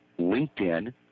LinkedIn